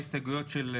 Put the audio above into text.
להסתייגות מס'